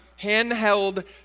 handheld